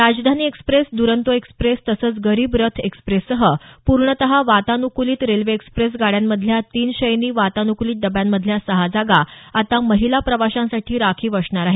राजधानी express Duronto express तसंच गरीब रथ एक्सप्रेससह पूर्णतः वातानुकुलीत रेल्वे एक्सप्रेस गाड्यांमधल्या तीन शयनी वातानुकुलीत डब्यांमधल्या सहा जागा आता महिला प्रवाशांसाठी राखीव असणार आहेत